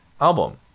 album